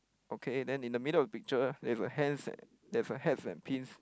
okay then in the middle of picture there's a hands and there's a hats and pins